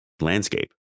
landscape